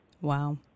Wow